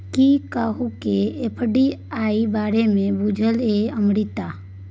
कि अहाँकेँ एफ.डी.आई बारे मे बुझल यै अमृता?